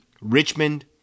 Richmond